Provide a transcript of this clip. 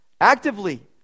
Actively